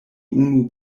unu